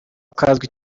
kazwi